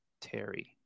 Terry